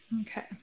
Okay